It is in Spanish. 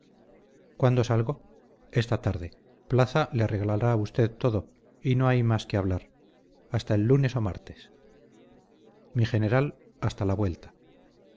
cuándo salgo esta tarde plaza le arreglará a usted todo y no hay más que hablar hasta el lunes o martes mi general hasta la vuelta